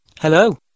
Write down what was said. Hello